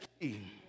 key